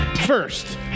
First